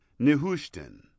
nehushtan